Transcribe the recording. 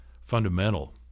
fundamental